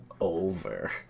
over